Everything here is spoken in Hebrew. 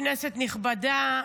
כנסת נכבדה,